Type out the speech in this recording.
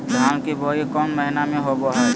धान की बोई कौन महीना में होबो हाय?